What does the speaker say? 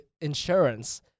insurance